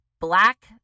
Black